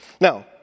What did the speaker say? Now